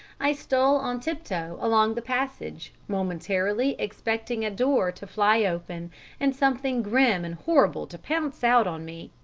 i stole on tiptoe along the passage, momentarily expecting a door to fly open and something grim and horrible to pounce out on me,